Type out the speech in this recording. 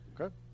okay